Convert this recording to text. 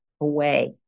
away